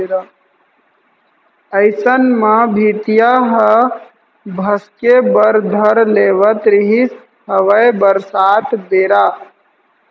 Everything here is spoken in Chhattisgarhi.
अइसन म भीतिया ह भसके बर धर लेवत रिहिस हवय बरसात बेरा